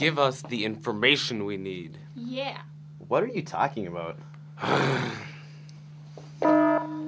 give us the information we need yeah what are you talking about